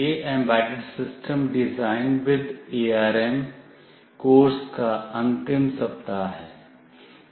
यह embedded system design with ARM course का अंतिम सप्ताह है